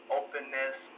openness